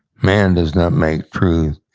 man does not make truth.